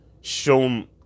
shown